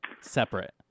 separate